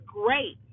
great